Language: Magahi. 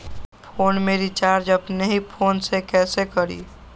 फ़ोन में रिचार्ज अपने ही फ़ोन से कईसे करी?